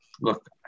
look